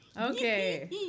Okay